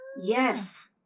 yes